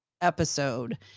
episode